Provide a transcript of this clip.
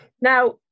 now